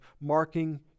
marking